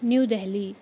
New Delhi